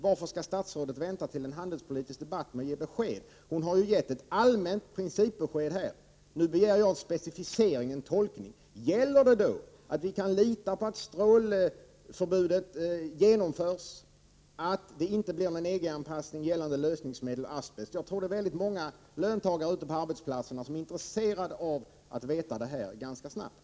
Varför skall statsrådet vänta till den handelspolitiska debatten med att ge besked? Hon har ju gett ett allmänt principbesked. Nu begär jag en specificering och en tolkning. Kan vilita på att förslaget om förbud mot bestrålning av livsmedel genomförs och att det inte blir någon EG-anpassning när det gäller lösningsmedel och asbest? Jag tror att det är väldigt många löntagare ute på arbetsplatserna som är intresserade av att snart få veta detta.